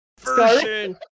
version